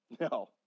No